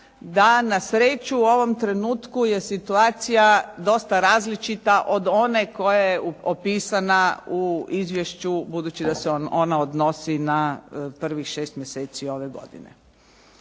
da na sreću u ovom trenutku je situacija dosta različita od one koja je opisana u izvješću, budući da se ona odnosi na prvih 6 mjeseci ove godine.